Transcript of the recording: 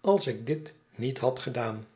als ik dit niet had gedaan